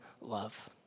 love